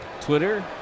Twitter